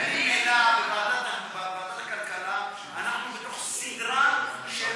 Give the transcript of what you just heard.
ממילא בוועדת הכלכלה אנחנו בתוך סדרה של